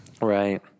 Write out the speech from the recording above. Right